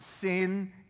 sin